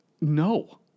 No